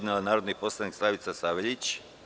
narodni poslanik Slavica Saveljić.